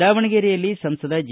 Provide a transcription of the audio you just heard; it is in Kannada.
ದಾವಣಗೆರೆಯಲ್ಲಿ ಸಂಸದ ಜಿ